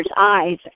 eyes